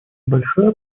большое